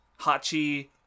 Hachi